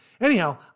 Anyhow